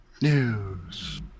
News